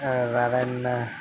வேற என்ன